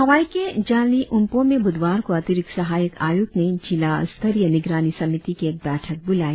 हवाई के जाल्ली उम्पों में बुधवार को अतिरिक्त सहायक आयुक्त ने जिला स्तरीय निगरानी समिति की एक बैठक ब्रलाई